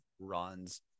runs